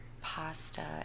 pasta